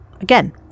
Again